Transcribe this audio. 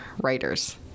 writers